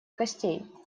костей